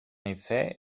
effet